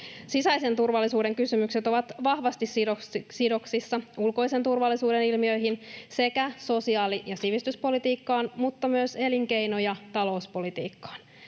Sisäisen turvallisuuden kysymykset ovat vahvasti sidoksissa ulkoisen turvallisuuden ilmiöihin sekä sosiaali- ja sivistyspolitiikkaan mutta myös elinkeino- ja talouspolitiikkaan.